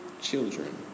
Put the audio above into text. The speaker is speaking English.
children